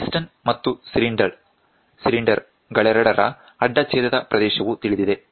piston ಮತ್ತು cylinder ಗಳೆರಡರ ಅಡ್ಡ ಛೇದದ ಪ್ರದೇಶವು ತಿಳಿದಿದೆ